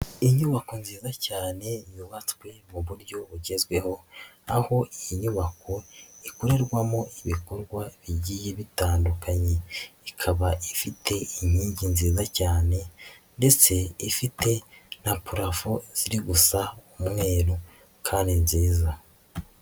Inyubako nziza cyane yubatswe mu buryo bugezweho, aho iyi nyubako ikorerwamo ibikorwa bigiye bitandukanye ikaba ifite inkingi nziza cyane ndetse ifite na purafo iri gusa umweru kandi nziza.